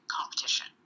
competition